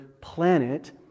planet